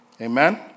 Amen